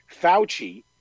Fauci